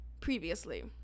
previously